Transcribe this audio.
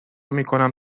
میکنم